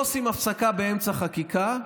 שלא עושים הפסקה באמצע חקיקה,